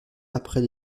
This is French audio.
après